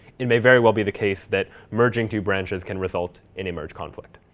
it may very well be the case that merging two branches can result in a merge conflict.